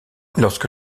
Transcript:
lorsque